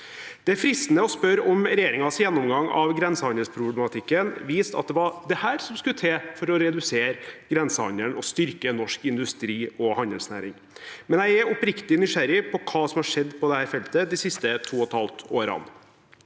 Det er fristende å spørre om regjeringens gjennomgang av grensehandelsproblematikken viste at det var dette som skulle til for å redusere grensehandelen og styrke norsk industri og handelsnæring. Jeg er oppriktig nysgjerrig på hva som har skjedd på dette feltet de siste to og et halvt årene.